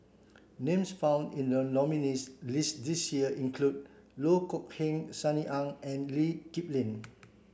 names found in the nominees' list this year include Loh Kok Heng Sunny Ang and Lee Kip Lin